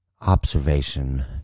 observation